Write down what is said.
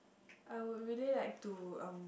I would really like to um